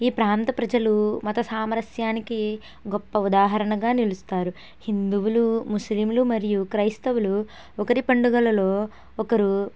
ఈ ప్రాంత ప్రజలు మతసామరస్యానికి గొప్ప ఉదాహరణగా నిలుస్తారు హిందువులు ముస్లింలు మరియు క్రైస్తవులు ఒకరి పండుగలలో ఒకరు